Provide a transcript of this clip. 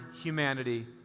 humanity